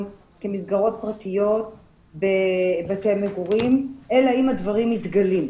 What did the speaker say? כמסגרות פרטיות בבתי מגורים אלא אם הדברים מתגלים.